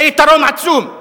זה יתרון עצום.